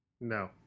No